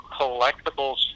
collectibles